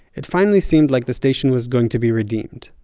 it finally seemed like the station was going to be redeemed.